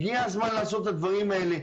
הגיע הזמן לעשות את הדברים האלה.